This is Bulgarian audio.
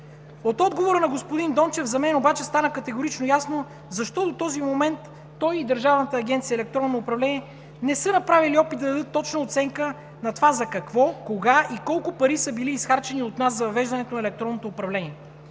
От отговора на господин Дончев за мен обаче стана категорично ясно защо до този момент той и Държавната агенция „Електронно управление“ не са направили опит да дадат точна оценка на това за какво, кога и колко пари са били изхарчени от нас за въвеждането на електронното управление.